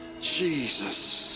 Jesus